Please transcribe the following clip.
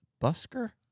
busker